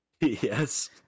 yes